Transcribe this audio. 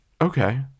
Okay